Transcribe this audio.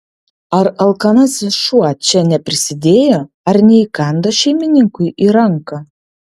ar alkanasis šuo čia neprisidėjo ar neįkando šeimininkui į ranką